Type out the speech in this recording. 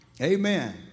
Amen